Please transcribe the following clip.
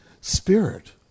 spirit